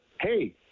hey